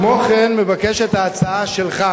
כמו כן ההצעה שלך